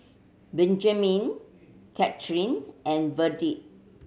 Benjamin Kathyrn and Verdie